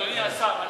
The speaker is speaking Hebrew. אדוני השר.